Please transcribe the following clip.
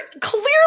clearly